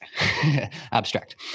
Abstract